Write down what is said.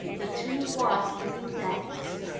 the two worst living deaths?